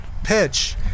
Pitch